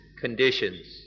conditions